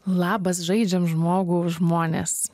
labas žaidžiam žmogų žmonės